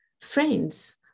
friends